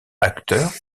acteur